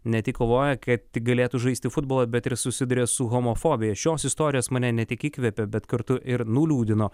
ne tik kovoja kad tik galėtų žaisti futbolą bet ir susiduria su homofobija šios istorijos mane ne tik įkvėpė bet kartu ir nuliūdino